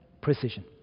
precision